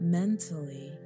mentally